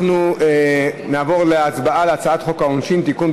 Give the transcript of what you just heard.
אנחנו נעבור להצבעה על הצעת חוק העונשין (תיקון,